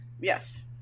Yes